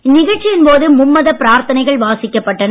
இந்நிகழ்ச்சியின் போது மும்மத பிரார்த்தனைகள் வாசிக்கப்பட்டன